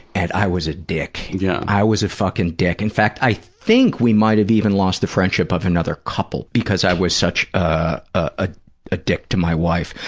and i was a dick. yeah i was fucking dick. in fact, i think we might have even lost the friendship of another couple because i was such ah ah a dick to my wife.